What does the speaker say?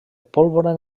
pólvora